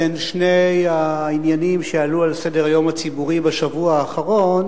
בין שני העניינים שעלו על סדר-היום הציבורי בשבוע האחרון,